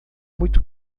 muito